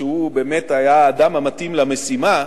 שהוא באמת היה האדם המתאים למשימה,